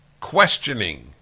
Questioning